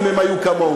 אם הם היו כמוהו,